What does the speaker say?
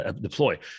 deploy